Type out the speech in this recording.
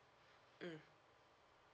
mm